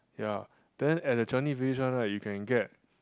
ya then at the Changi Village one right you can get